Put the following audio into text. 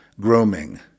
grooming